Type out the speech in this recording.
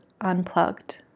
unplugged